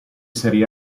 serie